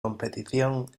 competición